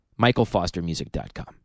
michaelfostermusic.com